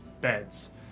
beds